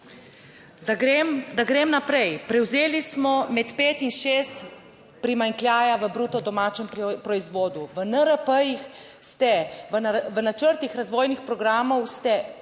da grem naprej. Prevzeli smo med pet in šest primanjkljaja v bruto domačem proizvodu, v NRP ste, v načrtih razvojnih programov ste